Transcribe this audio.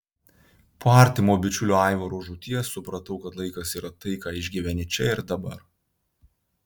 po artimo bičiulio aivaro žūties supratau kad laikas yra tai ką išgyveni čia ir dabar